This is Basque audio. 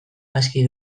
aski